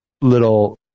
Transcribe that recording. little